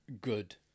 Good